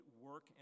work